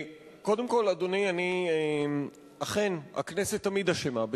קודם כול, אדוני, אכן הכנסת תמיד אשמה.